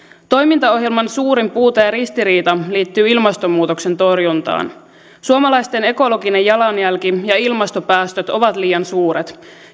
toimintaohjelman suurin puute ja ristiriita liittyy ilmastonmuutoksen torjuntaan suomalaisten ekologinen jalanjälki ja ilmastopäästöt ovat liian suuret